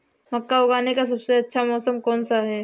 मक्का उगाने का सबसे अच्छा मौसम कौनसा है?